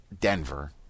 Denver